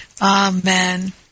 amen